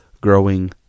growing